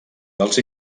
dels